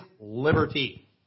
liberty